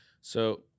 So-